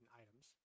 items